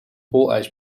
poolijs